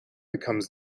becomes